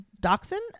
dachshund